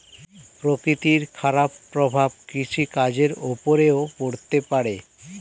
প্রকৃতির খারাপ প্রভাব কৃষিকাজের উপরেও পড়তে পারে